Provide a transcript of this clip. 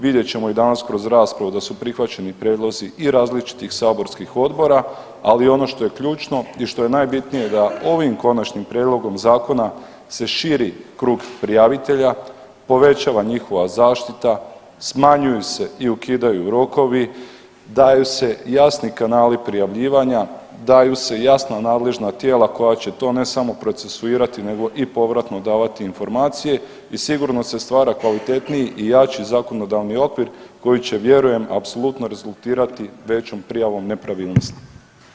Vidjet ćemo i danas kroz raspravu da su prihvaćeni prijedlozi i različitih saborskih odbora, ali ono što je ključno i što je najbitnije da ovim konačnim prijedlogom zakona se širi krug prijavitelja, povećava njihova zaštita, smanjuju se i ukidaju rokovi, daju se jasni kanali prijavljivanja, daju se jasna nadležna tijela koja će to ne samo procesuirati nego i povratno davati informacije i sigurno se stvara kvalitetniji i jači zakonodavni okvir koji će vjerujem apsolutno rezultirati većom prijavom nepravilnosti.